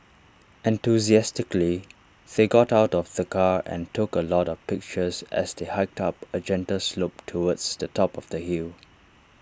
enthusiastically they got out of the car and took A lot of pictures as they hiked up A gentle slope towards the top of the hill